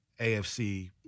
AFC